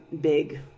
big